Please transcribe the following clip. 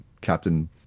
captain